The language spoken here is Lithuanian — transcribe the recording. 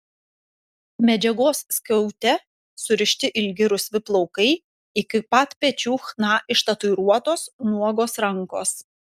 medžiagos skiaute surišti ilgi rusvi plaukai iki pat pečių chna ištatuiruotos nuogos rankos